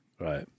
Right